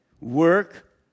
work